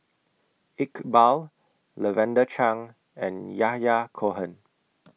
Iqbal Lavender Chang and Yahya Cohen